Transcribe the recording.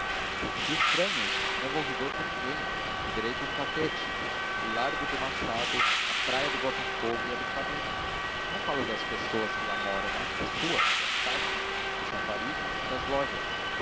que estranhos não vou viver com ninguém viverei com o catete o largo do machado a praia de botafogo e a do flamengo não falo das pessoas que lá moram mas das ruas das casas dos chafarizes e das lojas